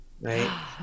Right